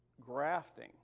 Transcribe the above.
grafting